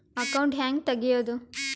Account ಹ್ಯಾಂಗ ತೆಗ್ಯಾದು?